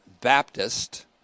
Baptist